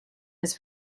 his